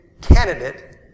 candidate